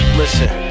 listen